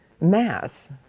mass